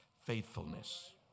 faithfulness